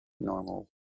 normal